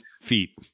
feet